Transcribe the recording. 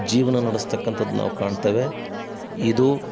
ಜೀವನ ನಡ್ಸ್ತಕ್ಕಂಥದ್ದು ನಾವು ಕಾಣ್ತೇವೆ ಇದು